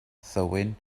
thywyn